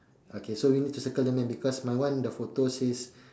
okay so we need to circle the man because my one the photo says